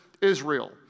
Israel